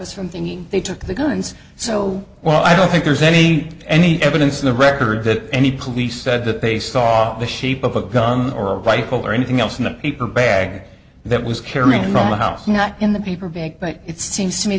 us from thinking they took the guns so well i don't think there's any any evidence in the record that any police said that they saw the shape of a gun or a rifle or anything else in the paper bag that was carried in normal house not in the paper bag but it seems to me